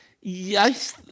yes